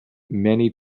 many